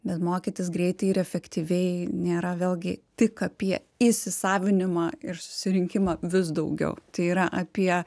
bet mokytis greitai ir efektyviai nėra vėlgi tik apie įsisavinimą ir susirinkimą vis daugiau tai yra apie